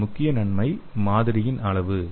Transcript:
இதன் முக்கிய நன்மை மாதிரியின் அளவு